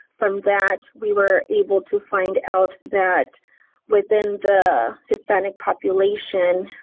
from that we were able to find out that within the hispanic population,